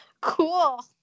Cool